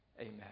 Amen